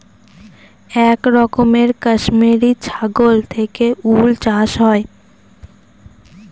এক রকমের কাশ্মিরী ছাগল থেকে উল চাষ হয়